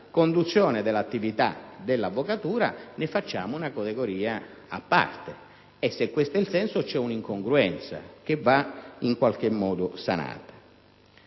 conduzione dell'attività dell'avvocatura, ne facciamo una categoria a parte. Se questo è il senso, c'è un'incongruenza che va in qualche modo sanata.